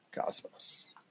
Cosmos